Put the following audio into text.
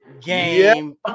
game